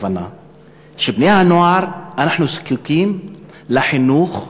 שבני-הנוער, אנחנו זקוקים לחינוך,